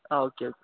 ആ okay okay